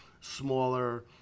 smaller